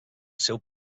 seu